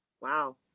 Wow